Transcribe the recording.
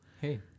Hey